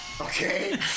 Okay